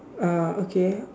uh okay